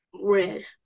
red